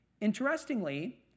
Interestingly